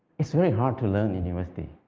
it's very hard to learn in university,